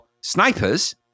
snipers